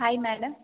hi madam